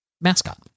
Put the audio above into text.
mascot